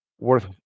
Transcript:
worth